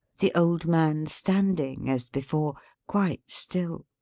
the old man standing, as before quite still.